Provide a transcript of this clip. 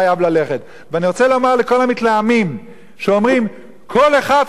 ואני רוצה לומר לכל המתלהמים שאומרים: כל אחד חייב למדינה,